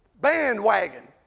bandwagon